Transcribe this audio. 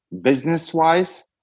business-wise